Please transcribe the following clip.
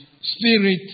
spirit